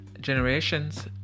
generations